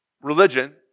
religion